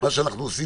מה שאנחנו עושים,